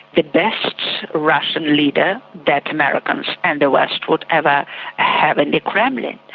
the best russian leader that americans and the west would ever have in the kremlin,